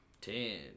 Ten